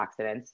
antioxidants